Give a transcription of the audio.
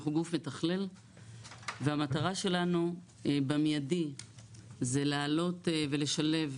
אנחנו גוף מתכלל והמטרה שלנו במיידי זה להעלות ולשלב